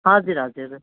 हजुर हजुर